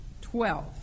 Twelve